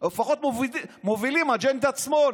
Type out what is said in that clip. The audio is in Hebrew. או לפחות מובילים אג'נדת שמאל.